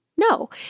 no